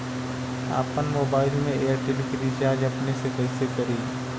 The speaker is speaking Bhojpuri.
आपन मोबाइल में एयरटेल के रिचार्ज अपने से कइसे करि?